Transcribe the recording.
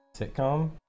Sitcom